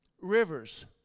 rivers